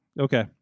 Okay